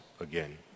again